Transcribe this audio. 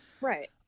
right